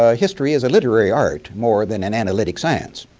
ah history is a literally art more than an analytic science.